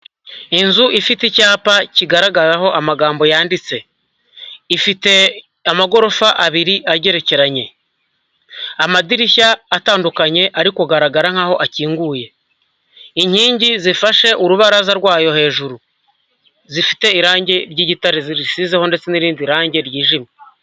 Inzu ifite icyapa kigaragaraho amagambo yanditse, ifite amagorofa abiri agerekeranye, amadirishya atandukanye ari agaragara nkaho akinguye, inkingi zifashe urubaraza rwayo hejuru, zifite irangi ry'igitare zisizeho ndetse n'irindi range ryijimye.